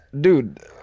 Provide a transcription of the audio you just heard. Dude